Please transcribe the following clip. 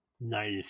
Nice